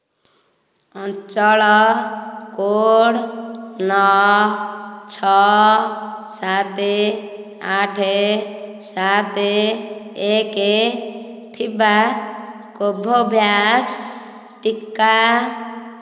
ଅଞ୍ଚଳ କୋଡ଼୍ ନଅ ଛଅ ସାତ ଆଠ ସାତ ଏକ ଥିବା କୋଭୋଭ୍ୟାକ୍ସ ଟିକା